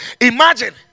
Imagine